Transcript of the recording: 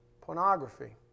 pornography